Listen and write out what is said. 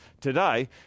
today